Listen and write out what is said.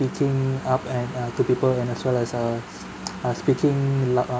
speaking up and uh to people and as well as uh uh speaking loud uh